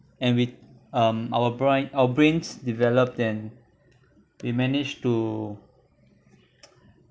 and with um our bri~ our brains developed then we managed to